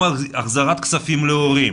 עם החזרת כספים להורים,